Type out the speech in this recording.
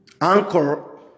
Anchor